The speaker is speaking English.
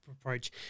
approach